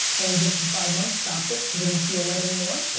only did it for five months. stopped it cause it didn't feel right any more.